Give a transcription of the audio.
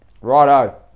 Righto